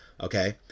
Okay